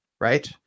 right